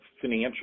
financial